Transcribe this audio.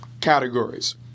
categories